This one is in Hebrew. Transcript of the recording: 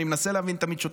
אני תמיד מנסה להבין שוטרים,